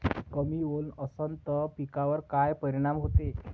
कमी ओल असनं त पिकावर काय परिनाम होते?